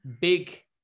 big